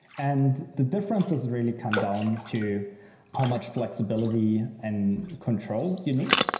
and the differences really come down to how much flexibility and control you needs,